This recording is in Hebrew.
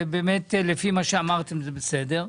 ולפי מה שאמרתם זה בסדר,